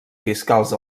fiscals